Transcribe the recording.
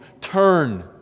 Turn